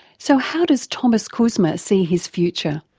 so how does thomas kuzma see his future?